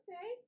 okay